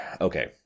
Okay